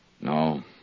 No